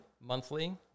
Monthly